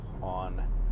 on